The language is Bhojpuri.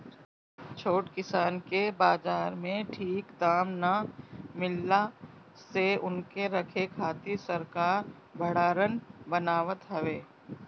छोट किसान के बाजार में ठीक दाम ना मिलला से उनके रखे खातिर सरकार भडारण बनावत हवे